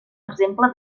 exemple